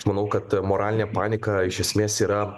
aš manau kad moralinė panika iš esmės yra